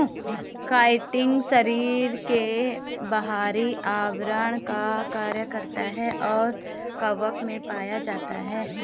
chitin शरीर के बाहरी आवरण का कार्य करता है और कवक में पाया जाता है